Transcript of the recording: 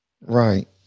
Right